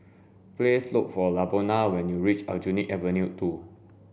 please look for Lavona when you reach Aljunied Avenue two